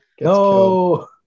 No